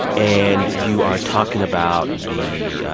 and you are talking about the